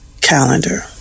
calendar